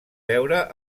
veure